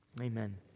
Amen